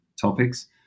topics